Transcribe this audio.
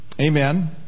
Amen